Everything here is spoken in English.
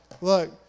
look